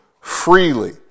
freely